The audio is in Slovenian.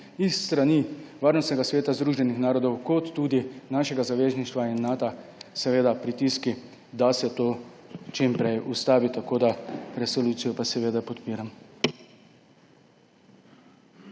s strani Varnostnega sveta Združenih narodov ter tudi našega zavezništva in Nata, seveda pritiski, da se to čim prej ustavi. Resolucijo pa seveda podpiram.